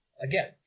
Again